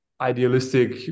idealistic